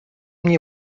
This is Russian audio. мне